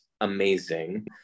amazing